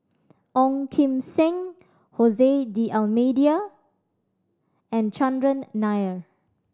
Ong Kim Seng Jose D'Almeida and Chandran Nair